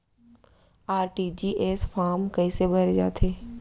RTGS form कइसे भरे जाथे?